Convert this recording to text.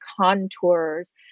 contours